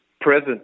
present